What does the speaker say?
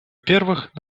первых